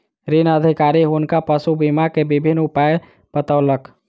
ऋण अधिकारी हुनका पशु बीमा के विभिन्न उपाय बतौलक